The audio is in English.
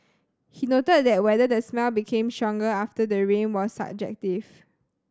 he noted that whether the smell became stronger after the rain was subjective